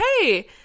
hey